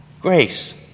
Grace